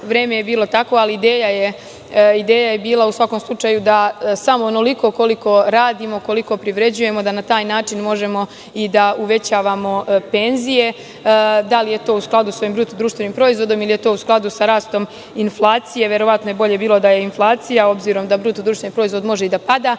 Vreme je bilo takvo, ali ideja je bila, u svakom slučaju, da samo onoliko koliko radimo, koliko privređujemo, da na taj način možemo i da uvećavamo penzije. Da li je to u skladu sa ovim BDP ili je to u skladu sa rastom inflacije, verovatno bi bolje bilo da je inflacija, obzirom da BDP može i da pada,